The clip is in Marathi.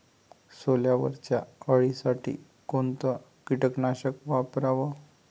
सोल्यावरच्या अळीसाठी कोनतं कीटकनाशक वापराव?